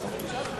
השר כבר מסיים.